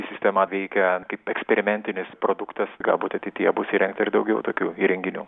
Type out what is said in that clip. sistema veikia kaip eksperimentinis produktas galbūt ateityje bus įrengta ir daugiau tokių įrenginių